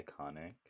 iconic